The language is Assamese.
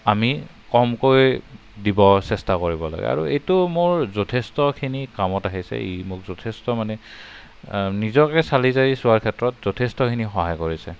আমি কমকৈ দিব চেষ্টা কৰিব লাগে আৰু এইটো মোৰ যথেষ্টখিনি কামত আহিছে ই মোক যথেষ্ট মানে নিজকে চালি জাৰি চোৱাৰ ক্ষেত্ৰত যথেষ্টখিনি সহায় কৰিছে